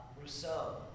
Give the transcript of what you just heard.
Rousseau